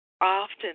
Often